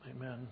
Amen